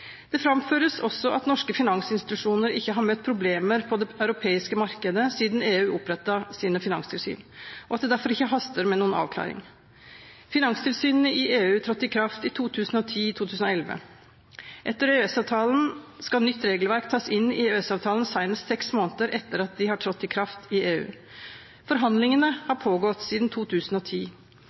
Det framføres også at norske finansinstitusjoner ikke har møtt problemer på det europeiske markedet siden EU opprettet sine finanstilsyn, og at det derfor ikke haster med noen avklaring. Finanstilsynene i EU trådte i kraft i 2010/2011. Etter EØS-avtalen skal nytt regelverk tas inn i EØS-avtalen senest seks måneder etter at det har trådt i kraft i EU. Forhandlingene har pågått siden 2010.